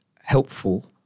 helpful